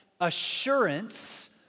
assurance